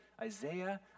Isaiah